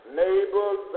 neighbors